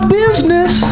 business